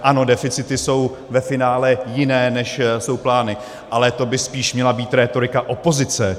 Ano, deficity jsou ve finále jiné, než jsou plány, ale to by spíš měla být rétorika opozice.